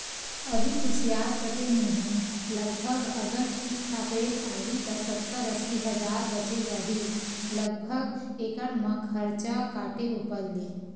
अभी कुसियार कटे नइ हे लगभग अगर ठीक ठाक रेट आही त सत्तर अस्सी हजार बचें जाही लगभग एकड़ म खरचा काटे ऊपर ले